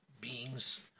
beings